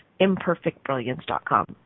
imperfectbrilliance.com